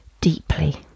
deeply